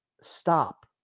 Stop